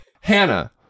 hannah